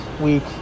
week